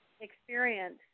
experience